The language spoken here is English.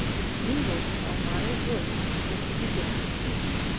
which mingled with almayer's voice as he began to speak.